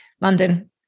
London